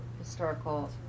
historical